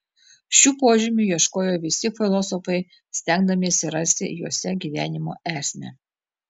šių požymių ieškojo visi filosofai stengdamiesi rasti juose gyvenimo esmę